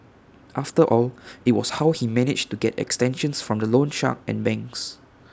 after all IT was how he managed to get extensions from the loan shark and banks